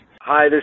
Hi